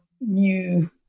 new